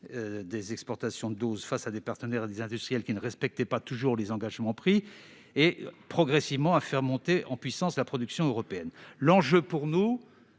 des exportations de doses, face à des partenaires et des industriels qui ne respectaient pas toujours les engagements pris et, progressivement, de faire monter en puissance la production européenne. Au cours